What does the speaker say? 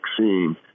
vaccine